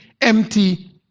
empty